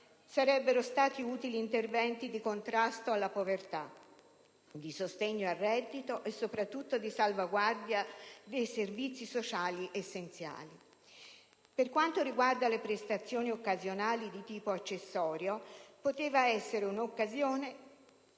sarebbero stati utili interventi di contrasto alla povertà, di sostegno al reddito e soprattutto di salvaguardia dei servizi sociali essenziali. Per quanto riguarda le prestazioni occasionali di tipo accessorio, questa poteva essere un'occasione